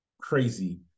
crazy